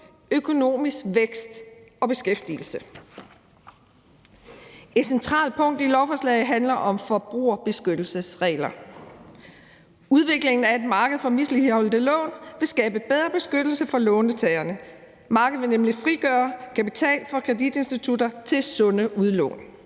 økonomisk vækst og beskæftigelse. Et centralt punkt i lovforslaget handler om forbrugerbeskyttelsesregler. Udviklingen af et marked for misligholdte lån vil skabe bedre beskyttelse for låntagerne. Markedet vil nemlig frigøre kapital fra kreditinstitutter til sunde udlån.